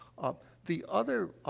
ah, the other, ah,